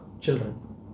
children